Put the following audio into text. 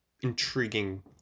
intriguing